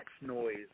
noise